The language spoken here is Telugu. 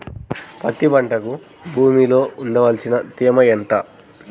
పత్తి పంటకు భూమిలో ఉండవలసిన తేమ ఎంత?